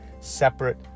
separate